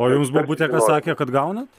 o jums bobutė ką sakė kad gaunat